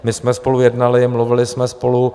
My jsme spolu jednali, mluvili jsme spolu.